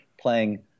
playing